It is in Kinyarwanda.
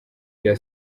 bya